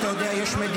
אתה לא מתבייש בזה?